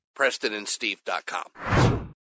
PrestonandSteve.com